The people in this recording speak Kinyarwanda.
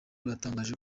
batangaje